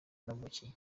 navukiye